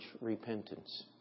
repentance